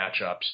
matchups